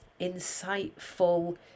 insightful